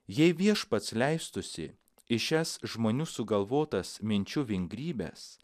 jei viešpats leistųsi į šias žmonių sugalvotas minčių vingrybes